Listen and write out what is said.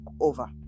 over